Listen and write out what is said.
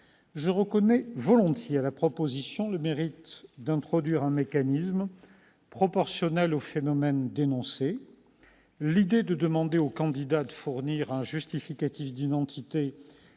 Je reconnais volontiers à la proposition de loi le mérite d'introduire un mécanisme proportionnel au phénomène dénoncé. Le fait de demander aux candidats de fournir un justificatif d'identité